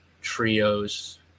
trios